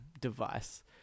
device